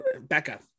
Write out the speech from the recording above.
becca